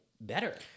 better